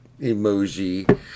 emoji